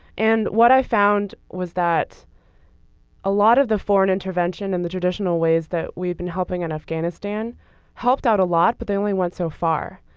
and what i found was that a lot of the foreign intervention in the traditional ways that we've been helping in afghanistan helped out a lot, but they only went so far.